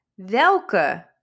Welke